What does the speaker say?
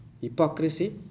hypocrisy